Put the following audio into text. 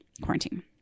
quarantine